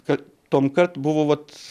kad tuom kart buvo vat